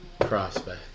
prospect